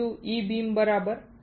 3 E beam બરાબર